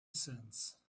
since